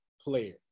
player